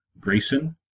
Grayson